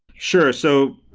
sure. so,